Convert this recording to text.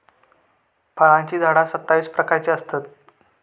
फळांची झाडा सत्तावीस प्रकारची असतत